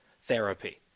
Therapy